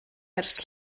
ers